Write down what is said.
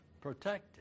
protected